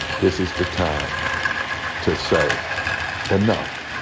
this is the time to say enough.